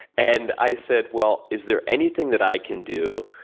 and i said, well, is there anything that i can do,